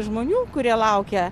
žmonių kurie laukia